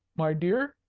my dear?